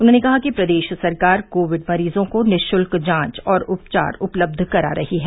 उन्होंने कहा कि प्रदेश सरकार कोविड मरीजों को निःशुल्क जांच और उपचार उपलब्ध करा रही है